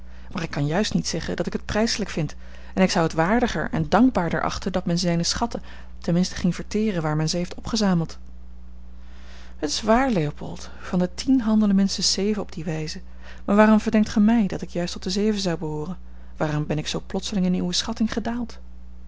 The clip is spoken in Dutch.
maar ik kan juist niet zeggen dat ik het prijselijk vind en ik zou het waardiger en dankbaarder achten dat men zijne schatten ten minste ging verteeren waar men ze heeft opgezameld het is waar leopold van de tien handelen minstens zeven op die wijze maar waarom verdenkt gij mij dat ik juist tot de zeven zou behooren waarom ben ik zoo plotseling in uwe schatting gedaald